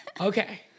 Okay